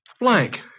blank